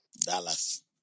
Dallas